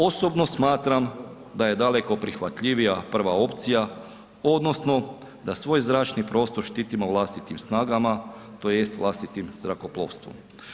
Osobno smatram da je daleko prihvatljivija prva opcija odnosno da svoj zračni prostor štitimo vlastitim snagama tj. vlastitim zrakoplovstvom.